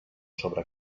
sobre